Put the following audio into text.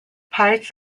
parts